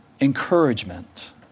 encouragement